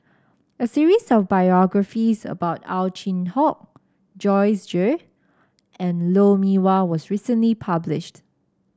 a series of biographies about Ow Chin Hock Joyce Jue and Lou Mee Wah was recently published